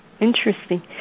Interesting